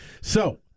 So-